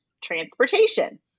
transportation